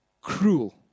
Cruel